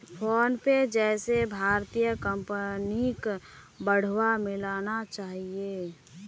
PhonePe जैसे भारतीय कंपनिक बढ़ावा मिलना चाहिए